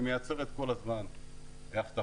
היא מייצרת כל הזמן הבטחות,